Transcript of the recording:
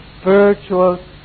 spiritual